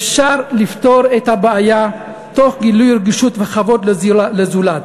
אפשר לפתור את הבעיה תוך גילוי רגישות וכבוד לזולת,